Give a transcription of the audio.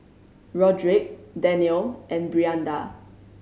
Rodrick Danniel and Brianda